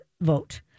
vote